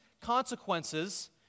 consequences